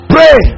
Pray